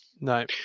No